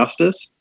justice